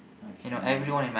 okay nice